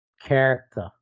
character